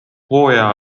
hooaja